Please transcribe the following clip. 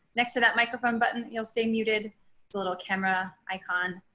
next to that microphone button you'll stay muted little camera icon.